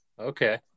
Okay